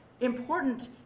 important